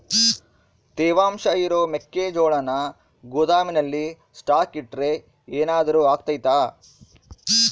ತೇವಾಂಶ ಇರೋ ಮೆಕ್ಕೆಜೋಳನ ಗೋದಾಮಿನಲ್ಲಿ ಸ್ಟಾಕ್ ಇಟ್ರೆ ಏನಾದರೂ ಅಗ್ತೈತ?